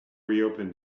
reopen